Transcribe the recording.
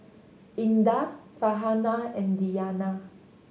Indah Farhanah and Diyana